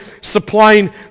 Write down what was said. supplying